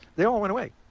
they all went away.